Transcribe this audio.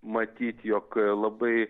matyt jog labai